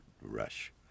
rush